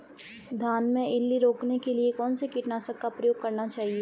धान में इल्ली रोकने के लिए कौनसे कीटनाशक का प्रयोग करना चाहिए?